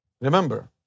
Remember